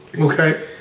okay